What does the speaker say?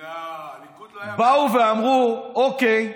לא, הליכוד לא היה, באו ואמרו: אוקיי.